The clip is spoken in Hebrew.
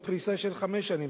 בפריסה של חמש שנים.